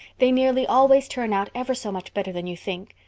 they nearly always turn out ever so much better than you think.